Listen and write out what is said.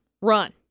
Run